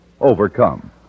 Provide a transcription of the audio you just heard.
overcome